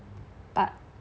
but